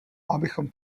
abychom